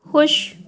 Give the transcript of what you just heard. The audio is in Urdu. خوش